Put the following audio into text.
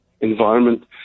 environment